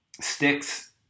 sticks